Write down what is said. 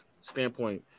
standpoint